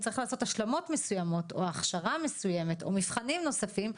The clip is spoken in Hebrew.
אם צריך לעשות השלמות מסוימות או הכשרה מסוימת או מבחנים נוספים,